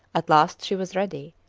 at last she was ready,